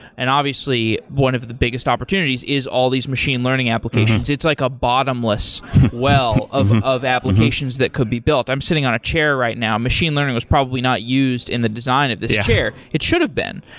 and obviously, one of the biggest opportunities is all these machine learning applications. it's like a bottomless well of of applications that could be built. i'm sitting on a chair right now. machine learning was probably not used in the design of this chair it should have been.